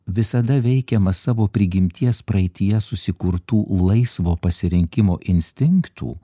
visada veikiamas savo prigimties praeityje susikurtų laisvo pasirinkimo instinktų